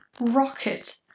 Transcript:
rocket